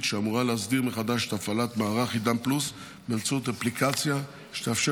שאמורה להסדיר מחדש את הפעלת מערך עידן פלוס באמצעות אפליקציה שתאפשר